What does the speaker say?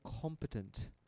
competent